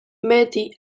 beti